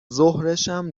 ظهرشم